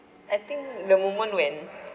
I think the moment when